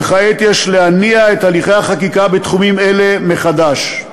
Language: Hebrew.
וכעת יש להניע את הליכי החקיקה בתחומים אלה מחדש.